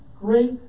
great